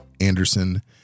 Anderson